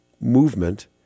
movement